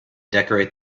decorate